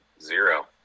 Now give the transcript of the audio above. Zero